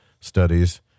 studies